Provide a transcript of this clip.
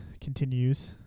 continues